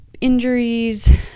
Injuries